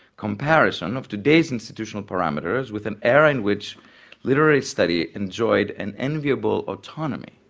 comparison of today's institutional parameters with an era in which literary study enjoyed an enviable autonomy.